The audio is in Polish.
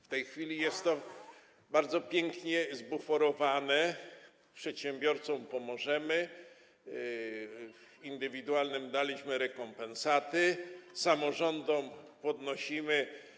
W tej chwili jest to bardzo pięknie zbuforowane: przedsiębiorcom pomożemy, indywidualnym daliśmy rekompensaty, samorządom podnosimy.